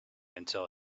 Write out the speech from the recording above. until